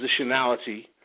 positionality